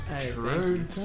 true